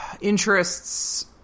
interests